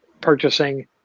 purchasing